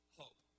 hope